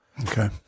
Okay